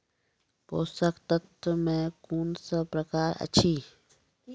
पोसक तत्व मे कून सब प्रकार अछि?